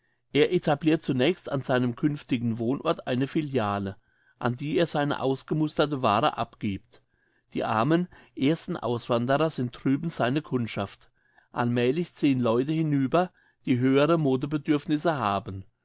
er etablirt zunächst an seinem künftigen wohnort eine filiale an die er seine ausgemusterte waare abgibt die armen ersten auswanderer sind drüben seine kundschaft allmälig ziehen leute hinüber die höhere modebedürfnisse haben